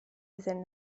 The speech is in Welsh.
iddyn